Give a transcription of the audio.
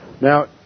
Now